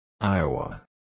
Iowa